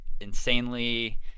insanely